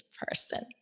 person